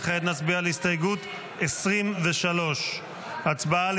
וכעת נצביע על הסתייגות 23. הצבעה על